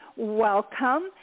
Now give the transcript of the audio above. Welcome